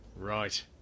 Right